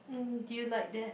mm do you like that